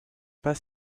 pas